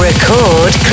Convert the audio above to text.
Record